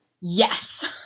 Yes